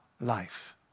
life